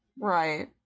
Right